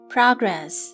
Progress